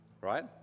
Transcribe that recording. right